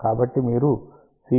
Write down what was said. కాబట్టి మీరు Cλ 0